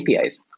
APIs